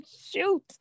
shoot